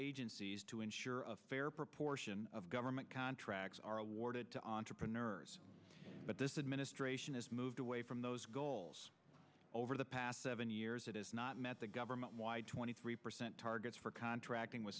agencies to ensure a fair proportion of government contracts are awarded to entrepreneurs but this administration has moved away from those goals over the past seven years it has not met the government twenty three percent targets for contracting w